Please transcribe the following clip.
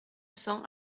cents